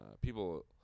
people